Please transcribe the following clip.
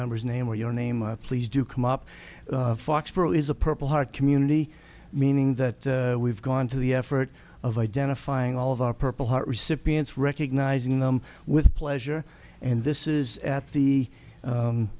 member's name or your name please do come up foxboro is a purple heart community meaning that we've gone to the effort of identifying all of our purple heart recipients recognizing them with pleasure and this is at the